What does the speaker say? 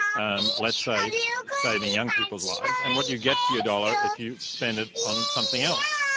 um let's say saving young people's lives and what you get for your dollar if you spend it on something else,